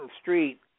Street